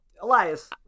Elias